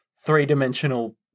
three-dimensional